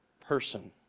person